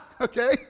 okay